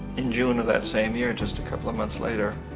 in june of that same year, just a couple of month later,